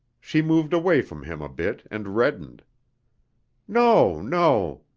she moved away from him a bit and reddened no, no,